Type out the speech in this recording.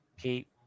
Keep